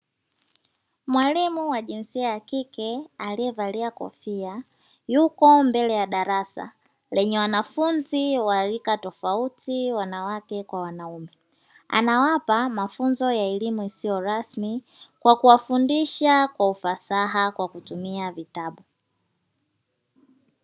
Mwalimu wa jinsia ya kike aliyevalia kofia, yuko mbele ya darasa lenye wanafunzi wa rika tofauti (wanawake kwa wanaume). Anawapa mafunzo ya elimu isiyo rasmi kwa kuwafundisha kwa ufasaha kwa kutumia vitabu.